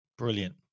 Brilliant